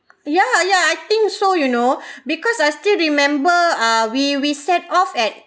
ya ya I think so you know because I still remember ah we we set off at